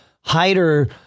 Hider